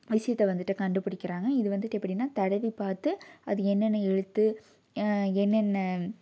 விஷயத்த வந்துட்டு கண்டுபிடிக்குறாங்க இது வந்துட்டு எப்படின்னால் தடவி பார்த்து அது என்னென்ன எழுத்து என்னென்ன